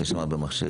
שיש בה הרבה מכשירים.